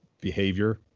behavior